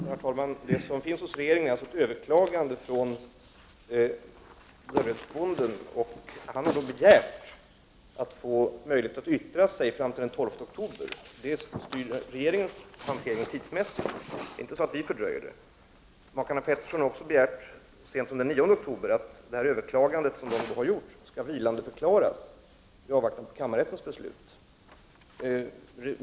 Herr talman! Det som finns hos regeringen är ett överklagande från Dörrödsbonden. Han har begärt att få möjlighet att yttra sig fram till den 12 oktober, vilket styr regeringens hantering tidsmässigt. Det är inte så att rege ringen fördröjer detta. Makarna Pettersson har också så sent som den 9 oktober begärt att det överklagande som de har gjort skall vilandeförklaras i avvaktan på kammarrättens beslut.